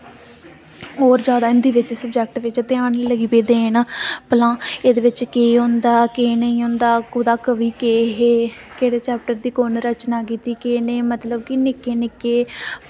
होर जादै हिंदी दे सब्जेक्ट बिच ध्यान लग्गी पेई देन भला एह्दे बिच केह् होंदा केह् नेईं होंदा कुदै कवि केह् हे कोह्दे चेप्टर दी कुन्नै रचना कीती ते मतलब कि निक्के निक्के